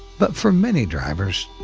but for many drivers,